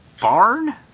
barn